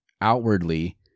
outwardly